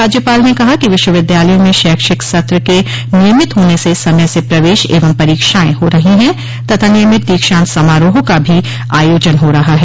राज्यपाल ने कहा कि विश्वविद्यालयों में शैक्षिक सत्र के नियमित होने से समय से प्रवेश एवं परीक्षाएं हो रही है तथा नियमित दीक्षान्त समारोह का भी आयोजन हो रहा है